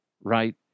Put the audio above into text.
right